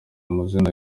amazina